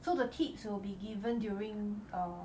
so the tips will be given during